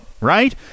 right